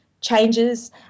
changes